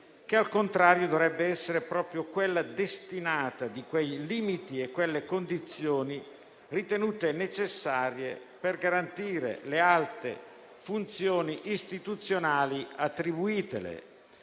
che al contrario dovrebbe essere proprio destinataria di quei limiti e di quelle condizioni ritenute necessarie per garantire le alte funzioni istituzionali attribuitele,